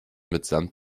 mitsamt